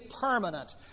permanent